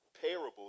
parable